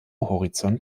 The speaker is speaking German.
horizont